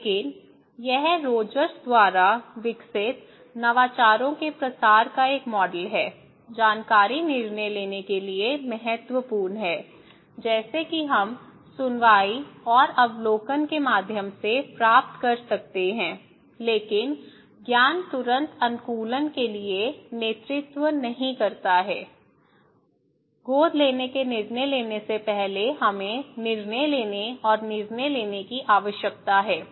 लेकिन यह रोजर्स द्वारा विकसित नवाचारों के प्रसार का एक मॉडल है जानकारी निर्णय लेने के लिए महत्वपूर्ण है जैसे कि हम सुनवाई और अवलोकन के माध्यम से प्राप्त कर सकते हैं लेकिन ज्ञान तुरंत अनुकूलन के लिए नेतृत्व नहीं करता है गोद लेने के निर्णय लेने से पहले हमें निर्णय लेने और निर्णय लेने की आवश्यकता है